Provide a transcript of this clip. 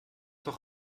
doch